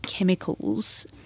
chemicals